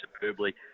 superbly